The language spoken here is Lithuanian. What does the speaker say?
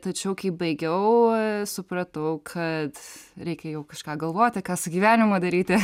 tačiau kai baigiau supratau kad reikia jau kažką galvoti ką su gyvenimu daryti